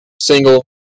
single